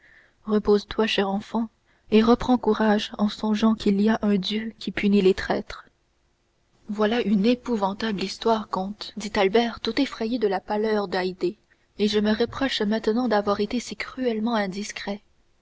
repose-toi chère enfant et reprends courage en songeant qu'il y a un dieu qui punit les traîtres voilà une épouvantable histoire comte dit albert tout effrayé de la pâleur d'haydée et je me reproche maintenant d'avoir été si cruellement indiscret